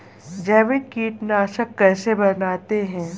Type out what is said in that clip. जैविक कीटनाशक कैसे बनाते हैं?